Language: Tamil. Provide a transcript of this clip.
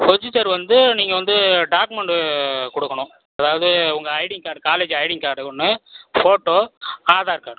ப்ரொஸ்யூஜர் வந்து நீங்கள் வந்து டாக்குமெண்ட்டு கொடுக்கணும் அதாவது உங்கள் ID card college ID card ஒன்று ஃபோட்டோ ஆதார் கார்டு